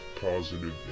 positive